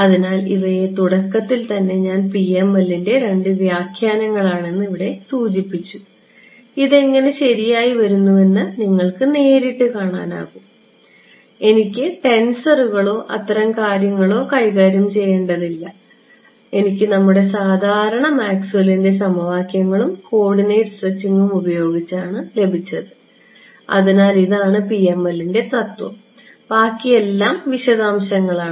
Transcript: അതിനാൽ ഇവയെ തുടക്കത്തിൽ തന്നെ ഞാൻ PML ന്റെ രണ്ട് വ്യാഖ്യാനങ്ങളാണെന്ന് ഇവിടെ സൂചിപ്പിച്ചു ഇത് എങ്ങനെ ശരിയായി വരുന്നുവെന്ന് നിങ്ങൾക്ക് നേരിട്ട് കാണാൻ കഴിയും എനിക്ക് ടെൻസറുകളോ അത്തരം കാര്യങ്ങളോ കൈകാര്യം ചെയ്യേണ്ടതില്ല എനിക്ക് നമ്മുടെ സാധാരണ മാക്സ്വെല്ലിന്റെ സമവാക്യങ്ങളും കോർഡിനേറ്റ് സ്ട്രെച്ചിംഗും ഉപയോഗിച്ചാണ് ലഭിച്ചത് അതിനാൽ ഇതാണ് PML ന്റെ തത്വം ബാക്കി എല്ലാം വിശദാംശങ്ങളാണ്